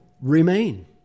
remain